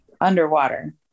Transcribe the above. underwater